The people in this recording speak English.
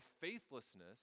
faithlessness